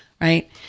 right